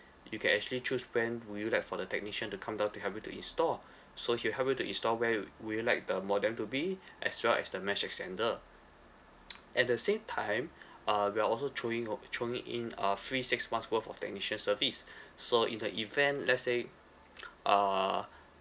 you can actually choose when would you like for the technician to come down to help you to install so he will help you to install where you will you like the modem to be as well as the mesh extender at the same time uh we are also throwing o~ throwing in uh free six months worth of technician service so in the event let say uh